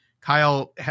Kyle